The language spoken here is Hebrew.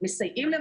מדובר על סקר על 50